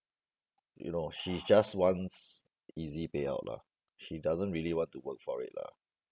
you know she just wants easy pay out lah she doesn't really want to work for it lah